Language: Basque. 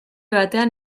batean